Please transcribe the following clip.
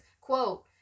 quote